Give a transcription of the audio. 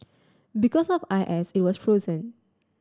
because of I S it was frozen